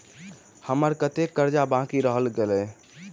हम्मर कत्तेक कर्जा बाकी रहल गेलइ?